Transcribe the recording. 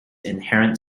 inherent